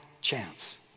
chance